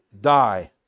die